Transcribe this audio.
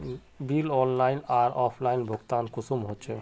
Bill online आर offline भुगतान कुंसम होचे?